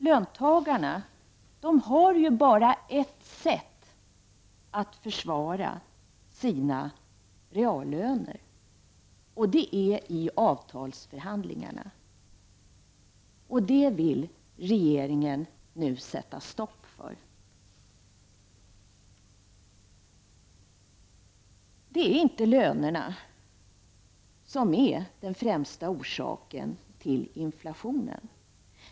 Löntagarna har ju bara ett sätt att försvara sina reallöner, och det är i avtalsförhandlingarna, men det vill regeringen nu sätta stopp för. Det är inte lönerna som är den främsta orsaken till inflationen.